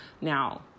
now